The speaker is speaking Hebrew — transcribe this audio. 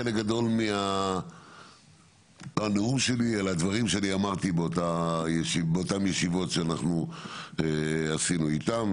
חלק גדול מהנאום שלי הם הדברים שאותם אמרתי באותן ישיבות שעשינו איתם,